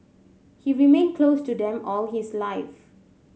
he remained close to them all his life